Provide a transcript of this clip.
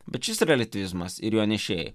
bet šis reliatyvizmas ir jo nešėjai